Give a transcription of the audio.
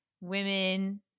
women